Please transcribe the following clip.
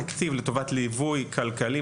תקציב לטובת ליווי כלכלי.